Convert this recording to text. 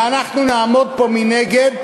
ואנחנו נעמוד פה מנגד,